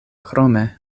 krome